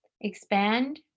expand